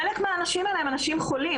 חשוב לומר: חלק מהאנשים האלה הם אנשים חולים.